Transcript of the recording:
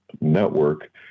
network